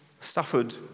suffered